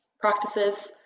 practices